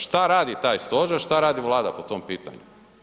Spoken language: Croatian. Šta radi taj stožer, šta radi Vlada po tom pitanju?